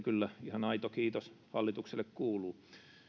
kyllä ihan aito kiitos hallitukselle kuuluu